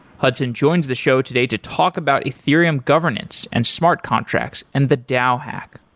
hudson joins the show today to talk about ethereum governance and smart contracts and the dao hack.